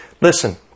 Listen